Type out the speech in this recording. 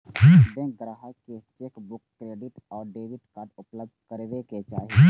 bank ग्राहक कें chequebook, credit आ डेबिट कार्ड उपलब्ध करबै छै